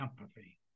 empathy